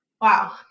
wow